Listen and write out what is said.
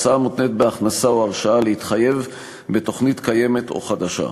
הוצאה מותנית בהכנסה או הרשאה להתחייב בתוכנית קיימת או חדשה.